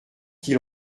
qu’il